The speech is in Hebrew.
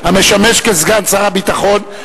המשמש סגן שר הביטחון.